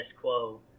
quo